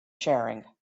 sharing